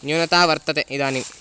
न्यूनता वर्तते इदानीम्